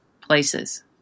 places